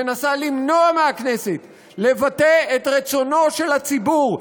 מנסה למנוע מהכנסת לבטא את רצונו של הציבור.